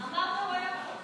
הוא פה, הוא פה.